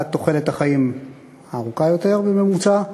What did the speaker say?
אחת, תוחלת החיים הארוכה יותר, בממוצע,